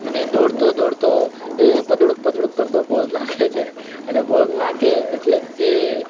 અને દોડતો દોડતો એ પદળુંક પદળુંક કરતો બોલ નાખે છે અને બોલ નાખે એટલે એ